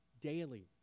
daily